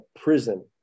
prison